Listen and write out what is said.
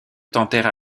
tentèrent